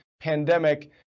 pandemic